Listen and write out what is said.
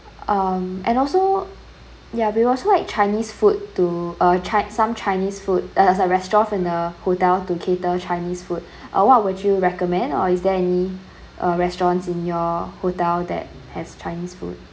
um and also ya we wants like chinese food to uh check some chinese food uh as a restaurant and a hotel to cater chinese food or what would you recommend or is there any uh restaurants in your hotel that has chinese food